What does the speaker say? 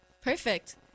Perfect